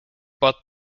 but